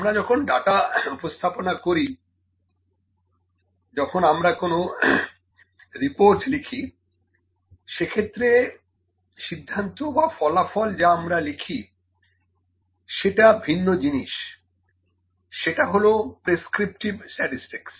আমরা যখন ডাটা উপস্থাপন করি যখন আমরা কোনো রিপোর্ট লিখি সেক্ষেত্রে সিদ্ধান্ত বা ফলাফল যা আমরা লিখি সেটা ভিন্ন জিনিস সেটা হলো প্রেস্ক্রিপটিভ স্ট্যাটিসটিকস